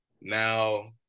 Now